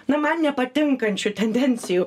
na man nepatinkančių tendencijų